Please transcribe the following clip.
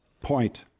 point